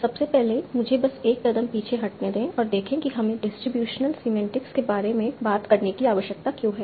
सबसे पहले मुझे बस एक कदम पीछे हटने दें और देखें कि हमें डिस्ट्रीब्यूशनल सीमेन्टिक्स के बारे में बात करने की आवश्यकता क्यों है